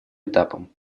этапом